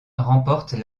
remporte